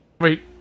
Wait